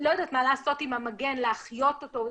לא יודעת מה, לעשות עם המגן, להחיות אותו,